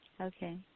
Okay